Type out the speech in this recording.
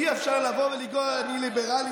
אי-אפשר לבוא ולצעוק "ליברלי",